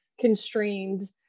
constrained